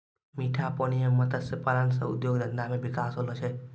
मीठा पानी मे मत्स्य पालन से उद्योग धंधा मे बिकास होलो छै